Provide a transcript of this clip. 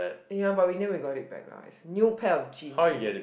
ya but in the end we got it back lah is new pair of jeans eh